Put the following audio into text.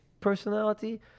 personality